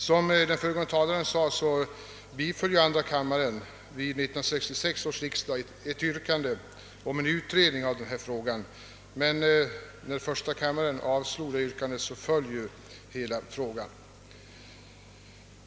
Som den föregående talaren sade, biföll andra kammaren vid 1966 års riksdag ett yrkande om utredning av denna fråga, men när första kammaren avslog det yrkandet föll ju hela frågan.